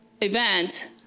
event